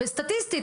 סטטיסטית,